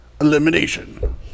elimination